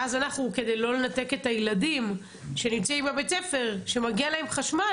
ואז אנחנו כדי לא לנתק את הילדים שנמצאים בבית ספר שמגיע להם חשמל